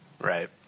Right